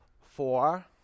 Four